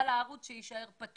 בכל מקרה, הערוץ יישאר פתוח,